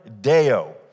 Deo